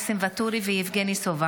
ניסים ואטורי ויבגני סובה